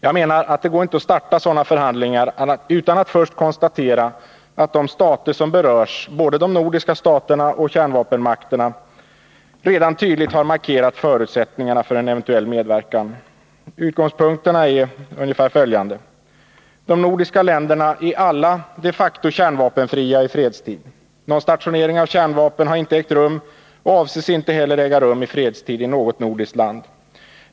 Jag menar att det inte går att starta sådana diskussioner utan att först konstatera att de stater som berörs, både de nordiska staterna och kärnvapenmakterna, redan tydligt har markerat förutsättningarna för en eventuell medverkan. Utgångspunkterna är följande: De nordiska länderna är alla de facto kärnvapenfria i fredstid. Någon stationering av kärnvapen har inte ägt rum och avses inte heller äga rum i fredstid i något nordiskt land.